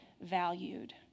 valued